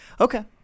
Okay